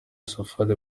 safari